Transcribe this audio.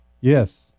Yes